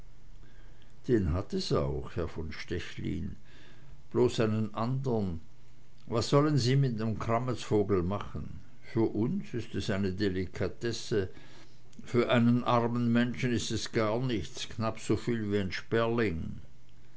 den hat es auch herr von stechlin bloß einen andern was sollen sie mit nem krammetsvogel machen für uns ist es eine delikatesse für einen armen menschen ist es gar nichts knapp soviel wie n sperling